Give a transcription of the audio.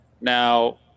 Now